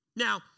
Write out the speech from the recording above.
Now